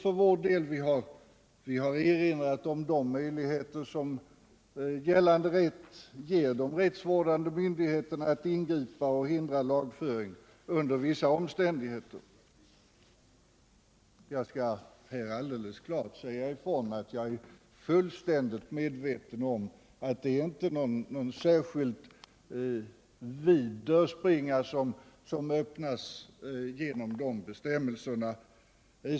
För vår del har vi erinrat om de möjligheter som gällande rätt ger de rättsvårdande myndigheterna att ingripa och hindra lagföring under vissa omständigheter. Jag skall här klart säga ut att jag är fullständigt medveten om att det inte är någon särskilt vid dörrspringa som öppnas genom dessa bestämmelser.